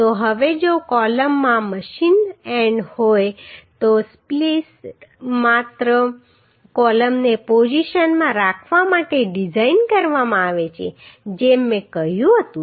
તો હવે જો કોલમમાં મશિન્ડ એન્ડ હોય તો સ્પ્લીસ્ડ માત્ર કોલમને પોઝીશનમાં રાખવા માટે ડિઝાઈન કરવામાં આવે છે જેમ મેં કહ્યું હતું